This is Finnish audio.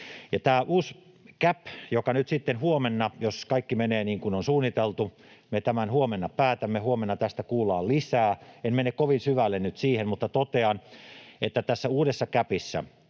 tämä uusi CAP, jonka me nyt sitten, jos kaikki menee niin kuin on suunniteltu, huomenna päätämme — huomenna tästä kuullaan lisää. En mene kovin syvälle nyt siihen, mutta totean, että tässä uudessa CAPissa